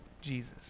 Jesus